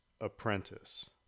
apprentice